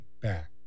back